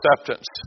acceptance